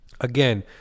Again